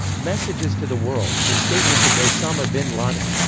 messages to the world the statements of osama bin laden.